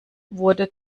wurde